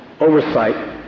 oversight